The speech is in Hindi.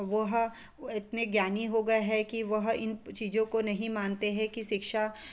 वह इतने ज्ञानी हो गए हैं कि वह इन चीज़ों को नहीं मानते हैं कि शिक्षा